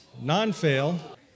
non-fail